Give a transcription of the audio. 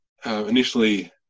Initially